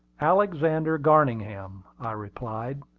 alexander garningham, i replied,